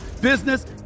business